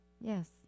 Yes